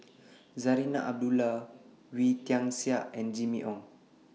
Zarinah Abdullah Wee Tian Siak and Jimmy Ong